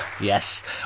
Yes